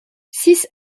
six